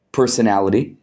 personality